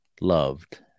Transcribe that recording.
loved